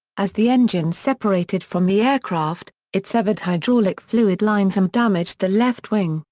as the engine separated from the aircraft, it severed hydraulic fluid lines and damaged the left wing,